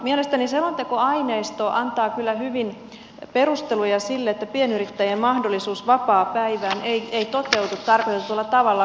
mielestäni selontekoaineisto antaa kyllä hyvin perusteluja sille että pienyrittäjien mahdollisuus vapaapäivään ei toteudu tarkoitetulla tavalla